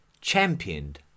championed